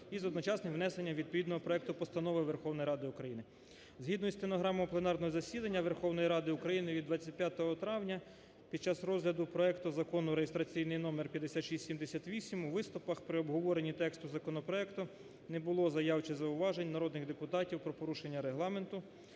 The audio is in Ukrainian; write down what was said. із одночасним внесенням відповідного проекту постанови Верховної Ради України. Згідно із стенограмою пленарного засідання Верховної Ради України від 25 травня під час розгляду проекту Закону (реєстраційний номер 5678) у виступах при обговоренні тексту законопроекту не було заяв чи зауважень народних депутатів про порушення Регламенту.